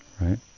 right